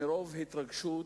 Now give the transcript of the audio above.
מרוב התרגשות,